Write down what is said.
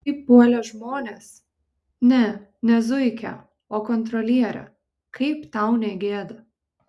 kaip puolė žmonės ne ne zuikę o kontrolierę kaip tau negėda